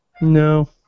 No